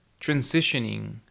transitioning